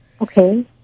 Okay